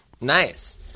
Nice